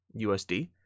USD